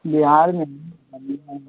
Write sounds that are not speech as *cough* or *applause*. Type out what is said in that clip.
बिहार में *unintelligible*